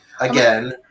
Again